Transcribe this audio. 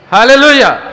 Hallelujah